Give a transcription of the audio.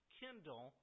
kindle